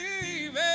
baby